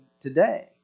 today